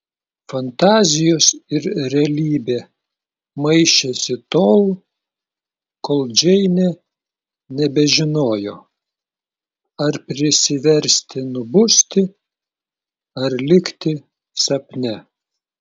fantazijos ir realybė maišėsi tol kol džeinė nebežinojo ar prisiversti nubusti ar likti sapne